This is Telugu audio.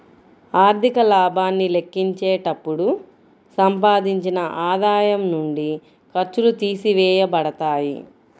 ఆర్థిక లాభాన్ని లెక్కించేటప్పుడు సంపాదించిన ఆదాయం నుండి ఖర్చులు తీసివేయబడతాయి